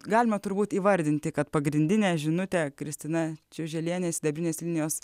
galima turbūt įvardinti kad pagrindinę žinutę kristina čiuželienė sidabrinės linijos